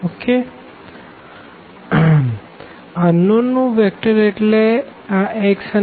1 2 1 1 x y 4 1 unknown નું vector એટલે આ x અને y